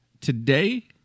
Today